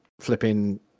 flipping